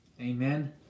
Amen